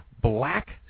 Black